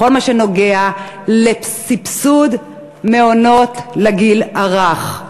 כל מה שנוגע לסבסוד מעונות לגיל הרך.